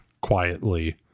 quietly